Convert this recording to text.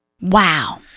Wow